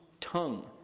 tongue